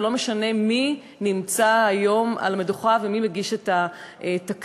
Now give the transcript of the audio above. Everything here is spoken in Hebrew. ולא משנה מי נמצא היום על המדוכה ומי מגיש את התקציב.